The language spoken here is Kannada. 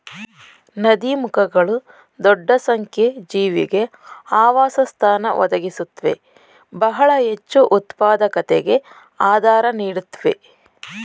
ನದೀಮುಖಗಳು ದೊಡ್ಡ ಸಂಖ್ಯೆ ಜೀವಿಗೆ ಆವಾಸಸ್ಥಾನ ಒದಗಿಸುತ್ವೆ ಬಹಳ ಹೆಚ್ಚುಉತ್ಪಾದಕತೆಗೆ ಆಧಾರ ನೀಡುತ್ವೆ